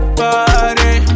body